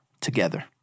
together